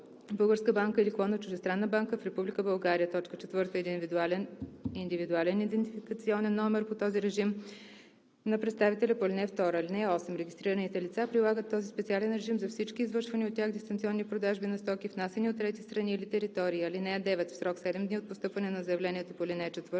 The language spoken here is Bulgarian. българска банка или клон на чуждестранна банка в Република България; 4. индивидуален идентификационен номер по този режим на представителя по ал. 2. (8) Регистрираните лица прилагат този специален режим за всички извършвани от тях дистанционни продажби на стоки, внасяни от трети страни или територии. (9) В срок 7 дни от постъпване на заявлението по ал. 4